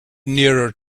nearer